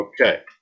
Okay